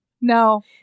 No